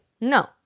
no